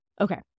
Okay